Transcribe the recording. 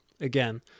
again